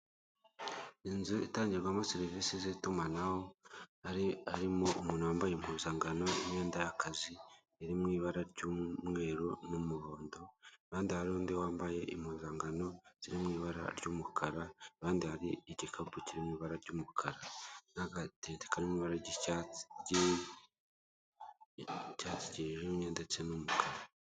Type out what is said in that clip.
Inzu itangirwamo serivise z'itumanaho, hari harimo umuntu wambaye impuzankano n'imyenda y'akazi iri mu ibara ry'umweru n'umuhondo, ruhande hari undi wambaye impuzankano ziri mu ibara ry'umukara, iruhande hari igikapu kiri mu ibara ry'umukara, n'agatente kari mu ibara ry'icyatsi, ry'icyatsi kijimye ndetse n'umukara.